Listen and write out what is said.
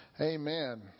Amen